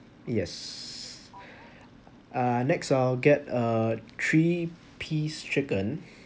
yes uh next I'll get a three piece chicken